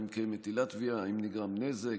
אם קיימת עילת תביעה: האם נגרם נזק,